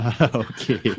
Okay